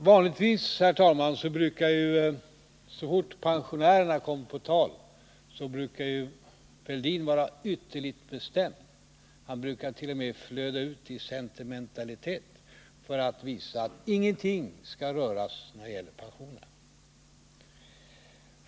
Herr talman! Vanligtvis brukar Thorbjörn Fälldin vara ytterligt bestämd så fort pensionärerna kommer på tal. Han brukar t.o.m. flöda ut i sentimentalitet för att visa att ingenting skall röras när det gäller pensionerna.